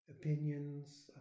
opinions